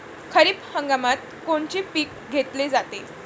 खरिप हंगामात कोनचे पिकं घेतले जाते?